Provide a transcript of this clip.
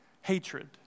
hatred